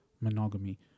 monogamy